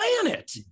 planet